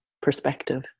perspective